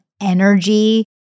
energy